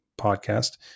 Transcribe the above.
podcast